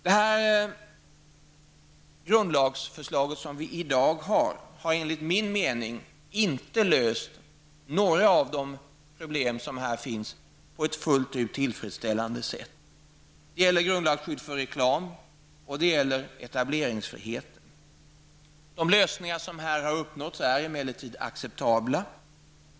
Det grundlagsförslag som vi i dag har att ta ställning till har enligt min mening inte löst några av problemen på ett fullt ut tillfredsställande sätt. Det gäller grundlagsskyddet för reklam och etableringsfrihet. De lösningar som här har uppnåtts är emellertid acceptabla.